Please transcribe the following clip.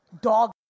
Dog